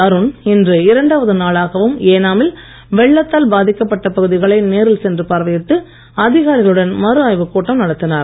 அருண் இன்று இரண்டாவது நாளாகவும் ஏனாமில் வெள்ளத்தால் பாதிக்கப்பட்ட பகுதிகளை நேரில் சென்று பார்வையிட்டு அதிகாரிகளுடன் மறுஆய்வு கூட்டம் நடத்தினார்